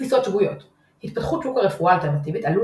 תפיסות שגויות – התפתחות שוק הרפואה האלטרנטיבית עלול